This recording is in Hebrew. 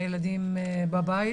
הילדים בבית.